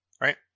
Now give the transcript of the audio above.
right